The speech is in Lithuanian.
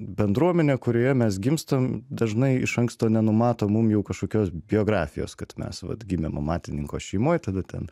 bendruomenė kurioje mes gimstam dažnai iš anksto nenumato mum kažkokios biografijos kad mes vat gimėm amatininko šeimoje tada ten